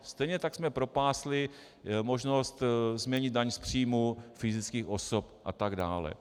Stejně tak jsme propásli možnost změnit daň z příjmu fyzických osob atd.